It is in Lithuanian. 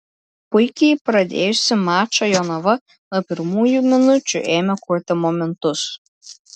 puikiai pradėjusi mačą jonava nuo pirmųjų minučių ėmė kurti momentus